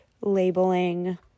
labeling